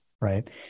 right